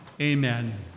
amen